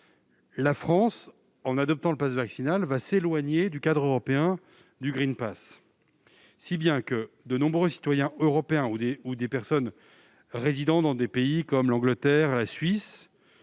La France, en adaptant le passe vaccinal, va s'éloigner du cadre européen du. Ainsi, de nombreux citoyens européens, ou des personnes résidant dans des pays comme le Royaume-Uni ou la Suisse,